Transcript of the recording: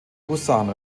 husaren